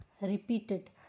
repeated